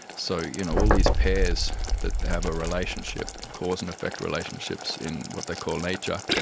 so you know all these pairs that have a relationship, cause and effect relationships in what they call nature,